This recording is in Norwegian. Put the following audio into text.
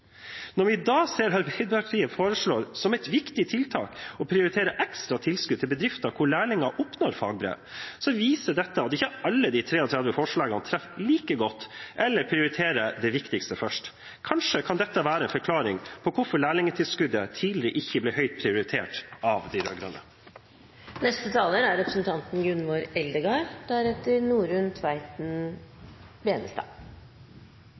Når vi da ser at Arbeiderpartiet foreslår som et viktig tiltak å prioritere ekstra tilskudd til bedrifter hvor lærlinger oppnår fagbrev, viser dette at ikke alle de 33 forslagene treffer like godt eller prioriterer det viktigste først. Kanskje kan dette være en forklaring på hvorfor lærlingtilskuddet tidligere ikke ble høyt prioritert av de